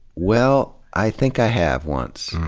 well, i think i have, once.